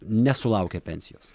nesulaukę pensijos